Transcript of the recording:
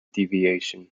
deviation